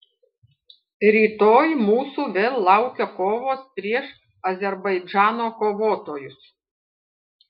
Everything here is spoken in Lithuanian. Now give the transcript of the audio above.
rytoj mūsų vėl laukia kovos prieš azerbaidžano kovotojus